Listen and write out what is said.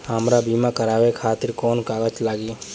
हमरा बीमा करावे खातिर कोवन कागज लागी?